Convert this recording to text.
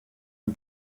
ein